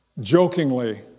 jokingly